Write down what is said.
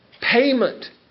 payment